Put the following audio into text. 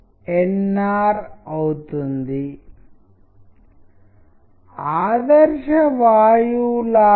ఇది అందంగా ఉంది మరియు పండ్లు మరియు పర్వతాల గురించి అలాంటి విషయాలు